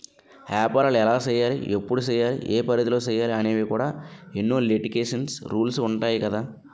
ఏపారాలు ఎలా సెయ్యాలి? ఎప్పుడు సెయ్యాలి? ఏ పరిధిలో సెయ్యాలి అనేవి కూడా ఎన్నో లిటికేషన్స్, రూల్సు ఉంటాయి కదా